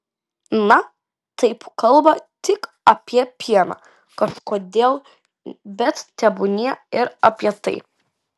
na taip kalba tik apie pieną kažkodėl bet tebūnie ir apie tai